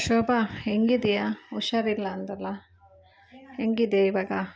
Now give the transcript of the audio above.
ಶೋಭ ಹೆಂಗಿದೀಯ ಹುಷಾರಿಲ್ಲ ಅಂದಲ್ಲ ಹೆಂಗಿದೀಯ ಇವಾಗ